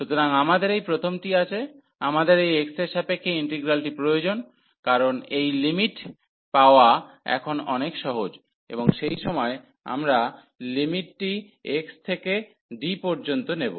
সুতরাং আমাদের এই প্রথমটি আছে আমাদের এই x এর সাপেক্ষে ইন্টিগ্রালটি প্রয়োজন কারণ এই লিমিটগুলি পাওয়া এখন অনেক সহজ এবং সেই সময় আমরা লিমিটটি c থেকে d পর্যন্ত নেব